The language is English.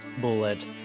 Bullet